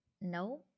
no